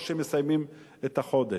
ובקושי מסיימים את החודש.